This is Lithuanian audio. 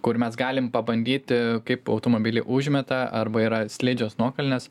kur mes galim pabandyti kaip automobilį užmeta arba yra slidžios nuokalnės